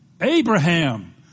Abraham